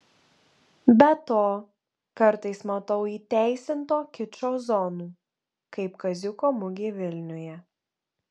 be to kartais matau įteisinto kičo zonų kaip kaziuko mugė vilniuje